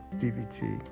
DVT